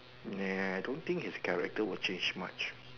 nah I don't think his character will change much